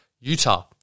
Utah